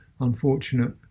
unfortunate